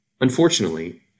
Unfortunately